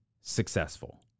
successful